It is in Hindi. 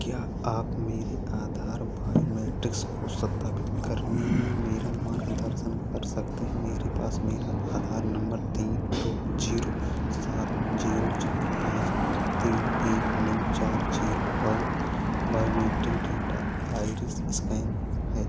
क्या आप मेरे आधार बायोमेट्रिक्स को सत्यापित करने में मेरा मार्गदर्शन कर सकते हैं मेरे पास मेरा आधार नम्बर तीन दो जीरो सात जीरो चार पाँच तीन एक नौ चार जीरो और बायोमेट्रिक डेटा आइरिस स्कैन है